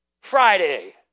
Friday